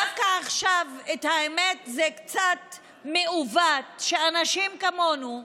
דווקא עכשיו, האמת, זה קצת מעוות שאנשים כמונו,